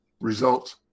Results